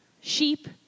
sheep